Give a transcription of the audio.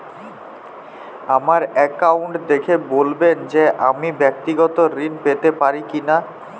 আমার অ্যাকাউন্ট দেখে বলবেন যে আমি ব্যাক্তিগত ঋণ পেতে পারি কি না?